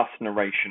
narration